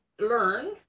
learn